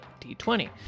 D20